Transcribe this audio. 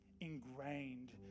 ingrained